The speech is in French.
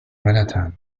manhattan